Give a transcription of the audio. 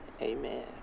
amen